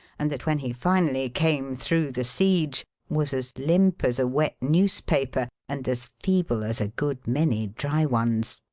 and that when he finally came through the siege was as limp as a wet newspaper and as feeble as a good many dry ones.